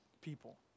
people